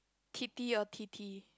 T_D or T_T